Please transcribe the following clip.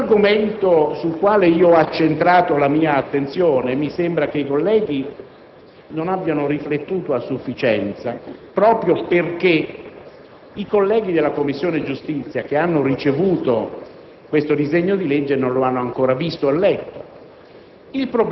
L'argomento sul quale ho accentrato la mia attenzione è un altro. Mi sembra che i colleghi non abbiano riflettuto a sufficienza proprio perché i colleghi della Commissione giustizia, che hanno ricevuto questo disegno di legge, non l'hanno ancora visto o letto.